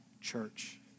church